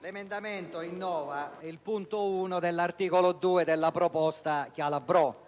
L'emendamento 2.11 innova il comma 1 dell'articolo 2 della proposta Calabrò.